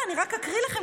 עוד דקה לפחות.